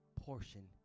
portion